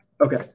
Okay